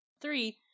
Three